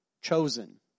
Chosen